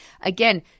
Again